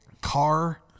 car